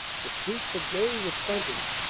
the streets are gay with bunting,